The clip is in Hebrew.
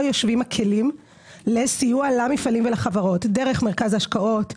יושבים הכלים לסיוע למפעלים ולחברות דרך מרכז השקעות,